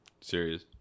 Serious